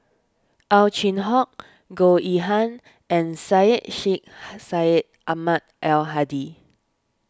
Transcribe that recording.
Ow Chin Hock Goh Yihan and Syed Sheikh Syed Ahmad Al Hadi